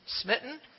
smitten